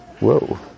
whoa